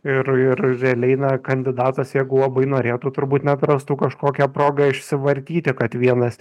ir ir realiai na kandidatas jeigu labai norėtų turbūt net rastų kažkokią progą išsivartyti kad vienas